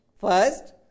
First